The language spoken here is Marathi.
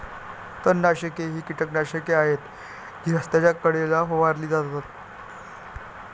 तणनाशके ही कीटकनाशके आहेत जी रस्त्याच्या कडेला फवारली जातात